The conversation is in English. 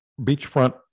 beachfront